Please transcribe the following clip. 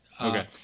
Okay